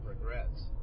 regrets